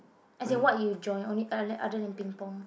as in what you join only othe~ other than ping-pong